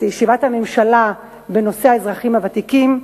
ישיבת הממשלה לנושא האזרחים הוותיקים.